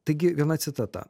taigi viena citata